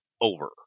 over